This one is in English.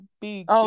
big